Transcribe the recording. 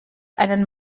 einen